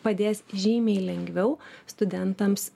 padės žymiai lengviau studentams